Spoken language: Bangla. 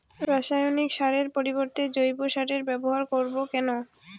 রাসায়নিক সারের পরিবর্তে জৈব সারের ব্যবহার করব কেন?